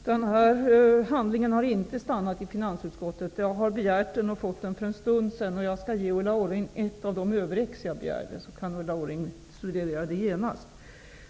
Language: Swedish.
Herr talman! Handlingen har inte stannat i finansutskottet. Jag har begärt den och fick den för en stund sedan. Jag skall ge Ulla Orring ett av de extra exemplar som jag begärde, så att Ulla Orring kan studera den genast.